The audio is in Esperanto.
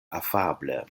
afable